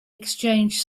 exchanged